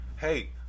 hey